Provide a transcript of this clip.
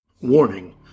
Warning